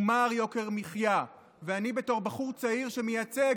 הוא מר יוקר מחיה, ואני, בתור בחור צעיר שמייצג